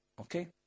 Okay